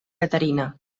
caterina